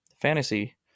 fantasy